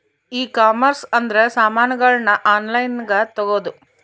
ಈ ಕಾಮರ್ಸ್ ಅಂದ್ರ ಸಾಮಾನಗಳ್ನ ಆನ್ಲೈನ್ ಗ ತಗೊಂದು